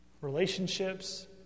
relationships